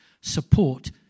support